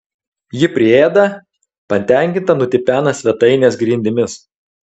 ji priėda patenkinta nutipena svetainės grindimis